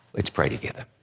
let's pray together.